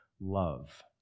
love